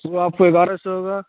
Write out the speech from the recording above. وہ آپ کو گیارہ سو ہوگا